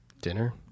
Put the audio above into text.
dinner